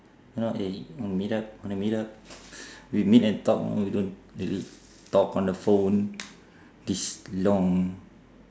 you know eh wanna meet up wanna meet up we meet and talk we don't talk on the phone this long